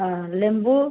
ଲେମ୍ବୁ